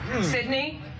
Sydney